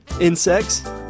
insects